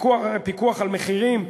פיקוח על מחירים,